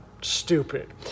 Stupid